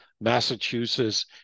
Massachusetts